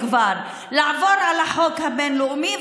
לעבור על החוק הבין-לאומי.